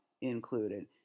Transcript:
included